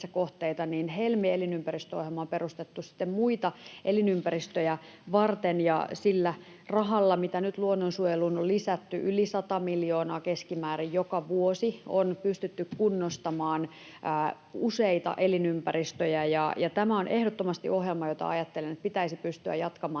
Helmi-elinympäristöohjelma on perustettu muita elinympäristöjä varten, ja sillä rahalla, mitä nyt luonnonsuojeluun on lisätty, yli 100 miljoonaa keskimäärin joka vuosi, on pystytty kunnostamaan useita elinympäristöjä. Tämä on ehdottomasti ohjelma, jota ajattelen, että pitäisi pystyä jatkamaan